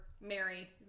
Mary